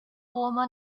woman